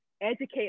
educate